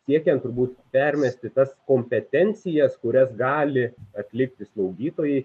siekiant turbūt permesti tas kompetencijas kurias gali atlikti slaugytojai